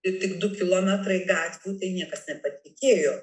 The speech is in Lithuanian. ir tik du kilometrai gatvių niekas nepatikėjo